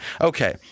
Okay